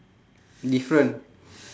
different